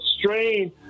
strain